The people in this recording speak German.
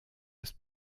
ist